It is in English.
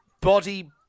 body